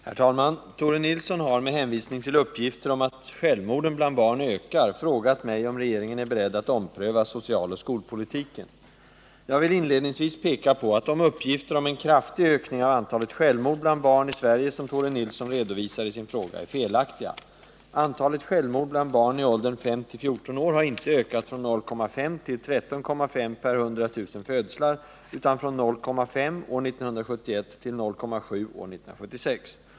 Herr talman! Tore Nilsson har — med hänvisning till uppgifter om att självmorden bland barn ökar — frågat mig om regeringen är beredd att ompröva socialoch skolpolitiken. Jag vill inledningsvis peka på att de uppgifter om en kraftig ökning av antalet självmord bland barn i Sverige som Tore Nilsson redovisar i sin fråga är felaktiga. Antalet självmord bland barn i åldern 5—-14 år har inte ökat från 0,5 till 13,5 per 100 000 födslar, utan från 0,5 år 1971 till 0,7 år 1976.